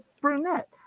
brunette